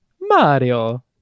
Mario